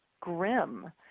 grim